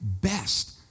best